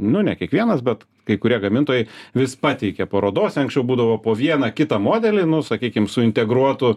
nu ne kiekvienas bet kai kurie gamintojai vis pateikia parodose anksčiau būdavo po vieną kitą modelį nu sakykim su integruotu